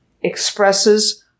expresses